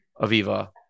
Aviva